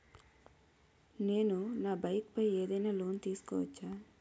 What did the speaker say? నేను నా బైక్ పై ఏదైనా లోన్ తీసుకోవచ్చా?